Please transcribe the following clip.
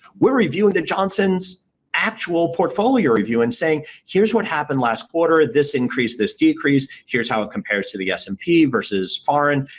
we're reviewing the johnson's actual portfolio review and saying, here's what happened last quarter. this increased. this decreased. here's how it ah compares to the s and p versus foreign.